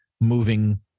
moving